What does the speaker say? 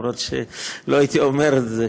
אם כי לא הייתי אומר את זה,